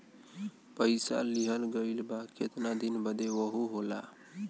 पइसा लिहल गइल बा केतना दिन बदे वहू होला